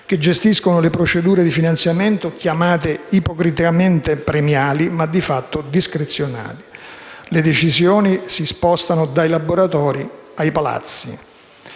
che gestiscono le procedure di finanziamento chiamate ipocritamente «premiali», ma di fatto discrezionali. Le decisioni si spostano dai laboratori ai palazzi.